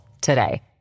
today